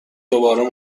دوباره